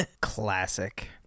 Classic